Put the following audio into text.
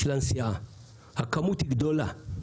הכמות היא גדולה.